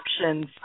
options